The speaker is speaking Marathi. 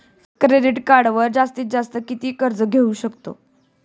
क्रेडिट कार्डवर जास्तीत जास्त किती कर्ज घेऊ शकतो?